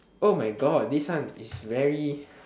oh my god this one is very